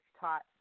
taught